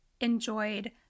enjoyed